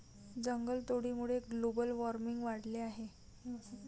जंगलतोडीमुळे global warming वाढले आहे